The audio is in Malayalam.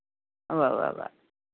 ഉവ്വവ്വവ്വവ്